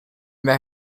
met